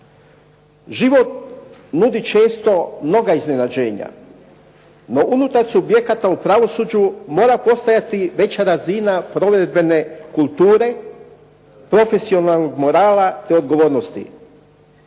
Život nudi često mnoga iznenađenja, no unutar subjekata u pravosuđu mora postojati veća razina provedbene kulture, profesionalnog morala te odgovornosti.